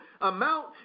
amount